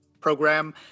program